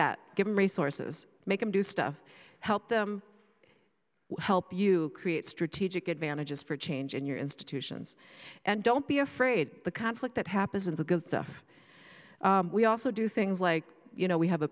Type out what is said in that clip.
that given resources make them do stuff help them help you create strategic advantages for change in your institutions and don't be afraid the conflict that happens in the good stuff we also do things like you know we have a